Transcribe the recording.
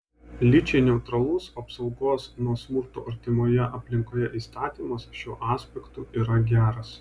lyčiai neutralus apsaugos nuo smurto artimoje aplinkoje įstatymas šiuo aspektu yra geras